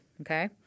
okay